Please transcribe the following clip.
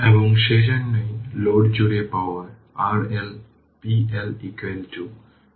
এবং সেইজন্য লোড জুড়ে power RL p L iL 2 RL